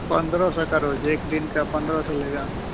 पंद्रह सौ का रोज़ एक दिन का पंद्रह सौ लेगा